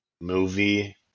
movie